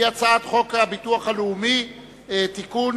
הצעת חוק הביטוח הלאומי (תיקון,